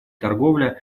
торговля